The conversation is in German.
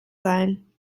sein